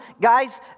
guys